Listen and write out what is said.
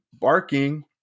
barking